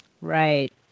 Right